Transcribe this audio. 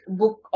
book